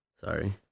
Sorry